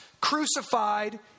crucified